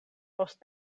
post